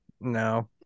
No